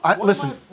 listen